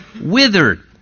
withered